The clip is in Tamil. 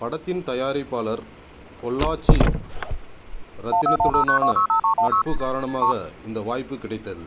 படத்தின் தயாரிப்பாளர் பொள்ளாச்சி ரத்தினத்துடனான நட்பு காரணமாக இந்த வாய்ப்பு கிடைத்தது